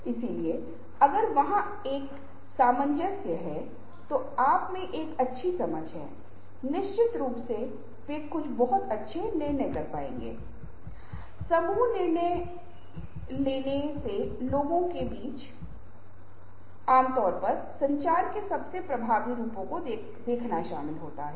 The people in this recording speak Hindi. मोनोक्रॉनिक व्यक्तिवो है जो एक समय में एक कार्य करते हैं और वे एक के बाद एक कार्य करते हैं वे एक ही समय में एक से अधिक कार्य नहीं कर सकते हैं और संस्कृति हमारे समय के उपयोग को भी प्रभावित करती है